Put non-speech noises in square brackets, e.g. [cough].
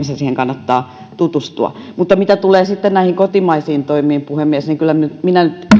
[unintelligible] siihen kannattaa tutustua mutta mitä tulee sitten näihin kotimaisiin toimiin puhemies niin kyllä minä nyt ihan